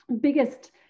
biggest